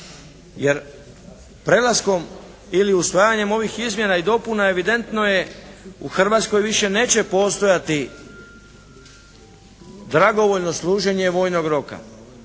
jer prelaskom ili usvajanjem ovih izmjena i dopuna evidentno je u Hrvatskoj više neće postojati dragovoljno služenje vojnog roka.